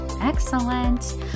Excellent